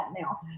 now